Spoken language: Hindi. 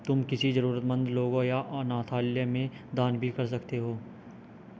तुम किसी जरूरतमन्द लोगों या अनाथालय में दान भी कर सकते हो